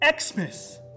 Xmas